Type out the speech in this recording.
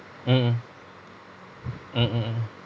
mmhmm mm mmhmm